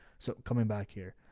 so coming back here,